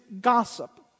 gossip